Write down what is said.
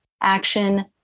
action